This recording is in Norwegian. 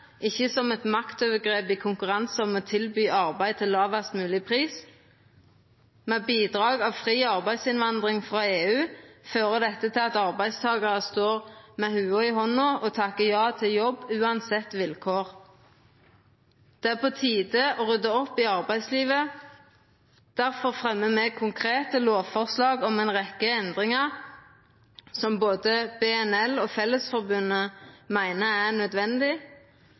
ikkje som eit maktovergrep i konkurranse om å tilby arbeid til lågast mogleg pris. Med bidrag av fri arbeidsinnvandring frå EU fører dette til at arbeidstakarar står med hua i handa og takkar ja til jobb uansett vilkår. Det er på tide å rydda opp i arbeidslivet. Difor fremjar me konkrete lovforslag om ei rekkje endringar som både Byggenæringens Landsforening og Fellesforbundet meiner er